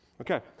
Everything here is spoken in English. Okay